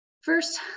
First